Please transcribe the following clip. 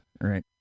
Right